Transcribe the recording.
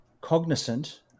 cognizant